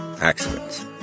accidents